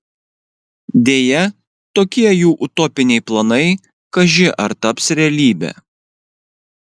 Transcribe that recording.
deja tokie jų utopiniai planai kaži ar taps realybe